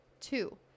Two